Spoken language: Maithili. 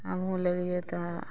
हमहूँ लेलियै तऽ